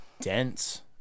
dense